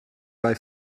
bei